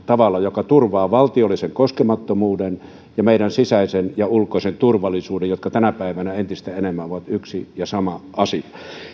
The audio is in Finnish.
tavalla joka turvaa valtiollisen koskemattomuuden ja meidän sisäisen ja ulkoisen turvallisuuden jotka tänä päivänä entistä enemmän ovat yksi ja sama asia